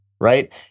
Right